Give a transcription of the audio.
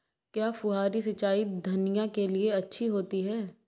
क्या फुहारी सिंचाई धनिया के लिए अच्छी होती है?